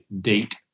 date